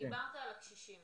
דיברת על הקשישים